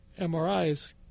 MRIs